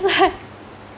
that's why